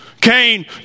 Cain